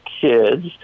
kids